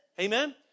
Amen